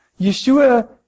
Yeshua